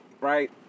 right